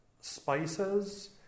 spices